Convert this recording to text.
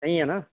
नहीं है न